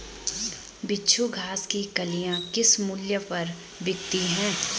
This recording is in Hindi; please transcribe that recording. बिच्छू घास की कलियां किस मूल्य पर बिकती हैं?